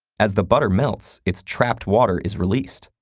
as the butter melts, its trapped water is released.